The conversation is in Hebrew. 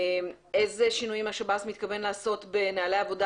איזה שינויים השב"ס מתכוון לעשות בנוהלי העבודה